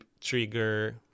trigger